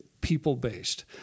people-based